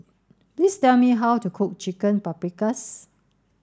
please tell me how to cook Chicken Paprikas